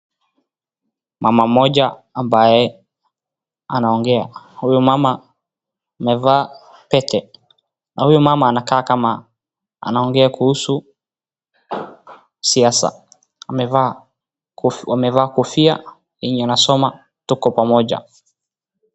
Mama mmoja ambaye anaongea, huyu mama amevaa peke na huyu mama anakaa kama anaongea kuhusu siasa. Amevaa kofia yenye inasoma tuko pamoja.